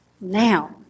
now